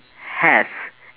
has